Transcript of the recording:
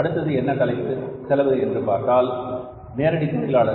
அடுத்தது என்ன தலைப்பு செலவு என்றால் நேரடி தொழிலாளர்